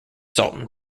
sultan